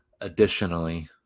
additionally